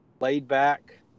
laid-back